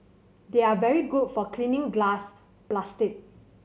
they are very good for cleaning glass plastic